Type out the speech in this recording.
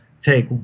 take